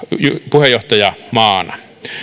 puheenjohtajamaana